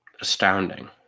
astounding